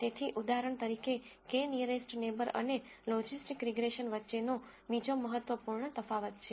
તેથી ઉદાહરણ તરીકે k નીઅરેસ્ટ નેબર અને લોજિસ્ટિક રીગ્રેસન વચ્ચેનો બીજો મહત્વપૂર્ણ તફાવત છે